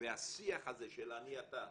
והשיח הזה של אני-אתה,